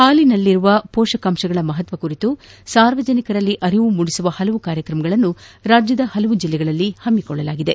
ಹಾಲಿನಲ್ಲಿನ ಮೋಷಕಾಂಶಗಳ ಮಹತ್ವ ಕುರಿತು ಸಾರ್ವಜನಿಕರಲ್ಲಿ ಅರಿವು ಮೂಡಿಸುವ ಕಾರ್ಯಕ್ರಮಗಳನ್ನು ರಾಜ್ಯದ ಹಲವು ಜಿಲ್ಲೆಗಳಲ್ಲಿ ಹಮ್ಮಿಕೊಳ್ಳಲಾಗಿದೆ